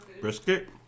brisket